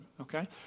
Okay